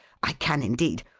i can, indeed.